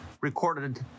Recorded